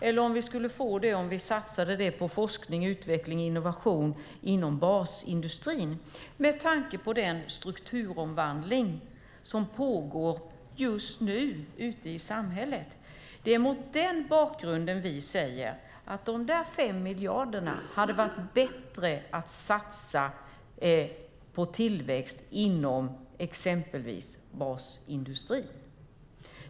Eller får vi det om vi satsar på forskning, utveckling och innovationer inom basindustrin med tanke på den strukturomvandling som pågår just nu ute i samhället? Det är mot den bakgrunden vi säger att det hade varit bättre att satsa dessa 5 miljarder på tillväxt inom exempelvis basindustrin.